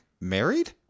married